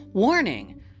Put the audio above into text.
Warning